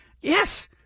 yes